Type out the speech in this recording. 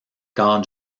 cadre